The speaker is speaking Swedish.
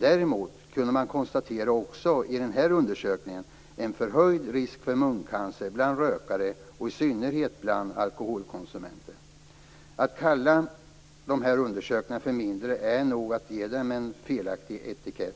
Däremot kunde man konstatera också i den här undersökningen en förhöjd risk för muncancer bland rökare, och i synnerhet bland alkoholkonsumenter. Det är nog en felaktig etikett att kalla dessa undersökningar för mindre undersökningar.